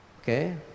okay